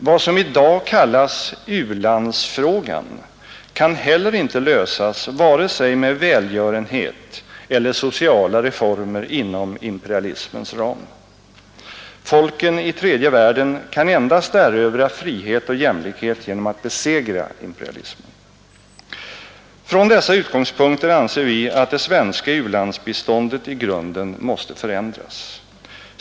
Vad som i dag kallas u-landsfrågan kan heller inte lösas vare sig med välgörenhet eller sociala reformer inom imperialismens ram. Folken i tredje världen kan endast erövra frihet och jämlikhet genom att besegra imperialismen. Från dessa utgångspunkter anser vi att det svenska u-landsbiståndet i grunden måste förändras.